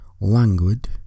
languid